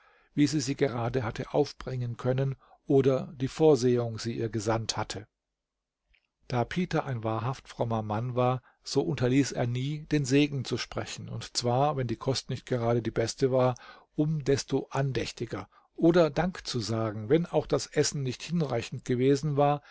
wie sie sie gerade hatte aufbringen können oder die vorsehung sie ihr gesandt hatte da peter ein wahrhaft frommer mann war so unterließ er nie den segen zu sprechen und zwar wenn die kost nicht gerade die beste war um desto andächtiger oder dank zu sagen wenn auch das essen nicht hinreichend gewesen war